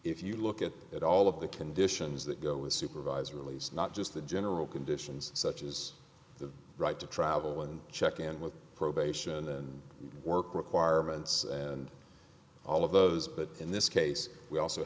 if you look at it all of the conditions that go with supervised release not just the general conditions such as the right to travel and check in with probation and work requirements and all of those but in this case we also